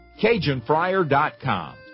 CajunFryer.com